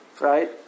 right